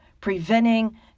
preventing